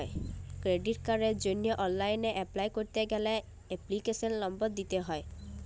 credit কার্ডের জন্হে online apply ক্যরতে গ্যালে এপ্লিকেশনের লম্বর দিত্যে হ্যয়